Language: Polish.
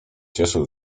cieszył